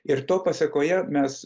ir to pasekoje mes